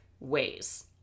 ways